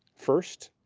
first,